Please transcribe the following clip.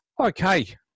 Okay